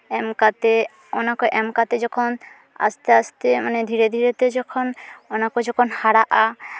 ᱮᱢ ᱠᱟᱛᱮ ᱚᱱᱟᱠᱚ ᱮᱢ ᱠᱟᱛᱮ ᱡᱚᱠᱷᱚᱱ ᱟᱥᱛᱮ ᱟᱥᱛᱮ ᱫᱷᱤᱨᱮ ᱫᱷᱤᱨᱮᱛᱮ ᱡᱚᱠᱷᱚᱱ ᱚᱱᱟ ᱠᱚ ᱡᱚᱠᱷᱚᱱ ᱦᱟᱨᱟᱜᱼᱟ